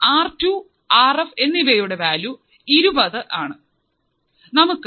R two R F എന്നിവയുടെ value ഇരുപത് kilo ohm ആണ്